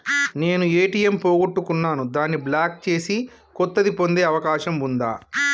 నేను ఏ.టి.ఎం పోగొట్టుకున్నాను దాన్ని బ్లాక్ చేసి కొత్తది పొందే అవకాశం ఉందా?